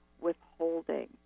withholding